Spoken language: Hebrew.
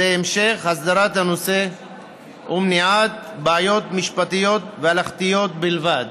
זה המשך הסדרת הנושא ומניעת בעיות משפטיות והלכתיות בלבד.